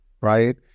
right